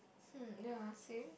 hmm ya same